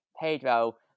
Pedro